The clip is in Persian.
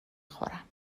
خورم